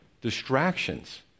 Distractions